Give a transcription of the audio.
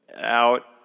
out